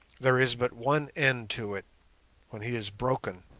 there is but one end to it when he is broken,